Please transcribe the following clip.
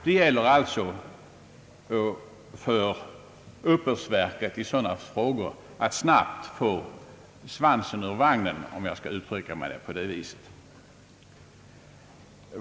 Det gäller alltså för uppbördsverket i sådana frågor att snabbt få svansen ur vagnen, om jag skall uttrycka mig på det viset.